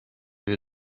you